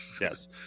Yes